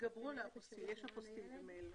12.תוקף חוק זה, למעט סעיפים 8 ו-9,